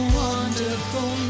wonderful